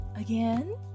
Again